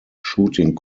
shooting